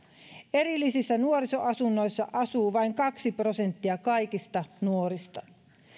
erillisissä nuorisoasunnoissa asuu vain kaksi prosenttia kaikista nuorista